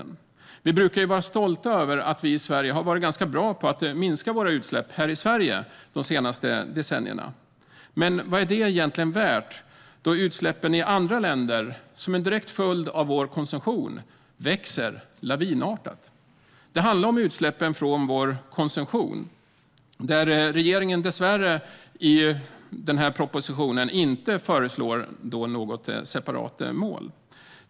Vi i Sverige brukar vara stolta över att vi har varit bra på att minska utsläppen hos oss under de senaste decennierna. Men vad är det värt då utsläppen i andra länder som en direkt följd av vår konsumtion växer lavinartat? Det här handlar om utsläppen från vår konsumtion, och regeringen föreslår i propositionen dessvärre inget separat mål.